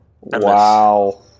Wow